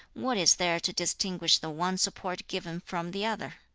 what is there to distinguish the one support given from the other